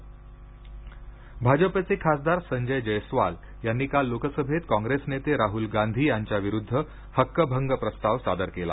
राहुल गांधी भाजपचे खासदार संजय जयस्वाल यांनी काल लोकसभेत कॉंग्रेस नेते राहुल गांधी यांच्याविरुद्ध हक्कभंग प्रस्ताव सादर केला